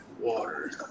water